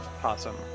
Possum